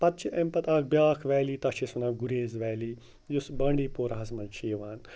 پَتہٕ چھِ اَمہِ پَتہٕ اَکھ بیٛاکھ ویلی تَتھ چھِ أسۍ وَنان گُریز ویلی یُس بانٛڈی پورہاہَس منٛز چھِ یِوان